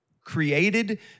Created